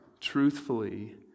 truthfully